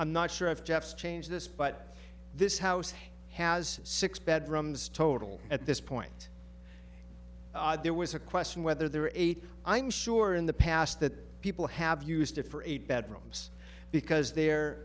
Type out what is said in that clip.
i'm not sure of jeff's change this but this house has six bedrooms total at this point there was a question whether there were eight i'm sure in the past that people have used for eight bedrooms because the